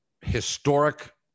historic